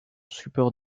support